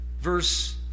Verse